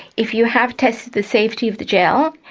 if you have tested the safety of the gel,